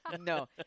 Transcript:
no